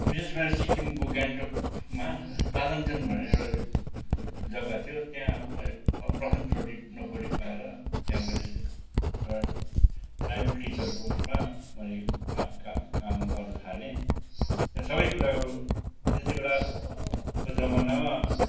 विशेष मैले सिक्किमको गान्टोकमा तादनटन भनेर एउटा जग्गा थियो त्यहाँ मैले प्रथमचोटि नोकरी पाएर त्यहाँ मैले से एउटा प्राइमेरी टिचरको उसमा मैले आफू काम काम गर्नु थालेँ त्यहाँ सबै कुरा त्यति बेला को जमानामा